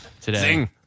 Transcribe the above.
today